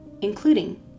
including